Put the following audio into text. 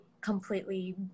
completely